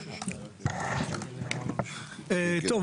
טוב,